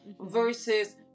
versus